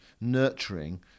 nurturing